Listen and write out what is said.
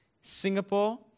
Singapore